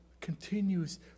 continues